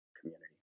community